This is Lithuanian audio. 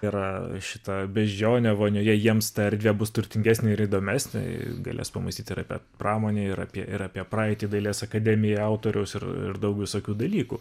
yra šita beždžionė vonioje jiems ta erdvė bus turtingesnė ir įdomesnė galės pamąstyt ir apie pramonę ir apie ir apie praeitį dailės akademija autoriaus ir daug visokių dalykų